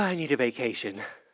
need a vacation